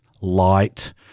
light